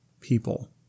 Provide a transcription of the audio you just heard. people